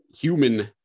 human